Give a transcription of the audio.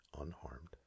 unharmed